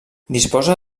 disposa